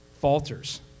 falters